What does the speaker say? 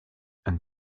and